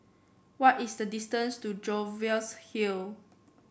what is the distance to Jervois Hill